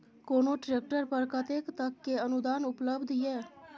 कोनो ट्रैक्टर पर कतेक तक के अनुदान उपलब्ध ये?